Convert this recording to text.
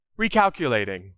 recalculating